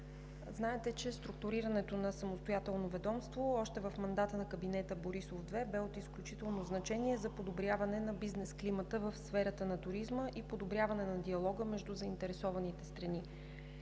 Знаете, че структурирането на самостоятелно ведомство още в мандата на Кабинета Борисов 2 бе от изключително значение за подобряване на бизнес климата в сферата на туризма и подобряване на диалога между заинтересованите страни.